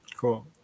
Cool